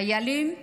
חיילים לבלות.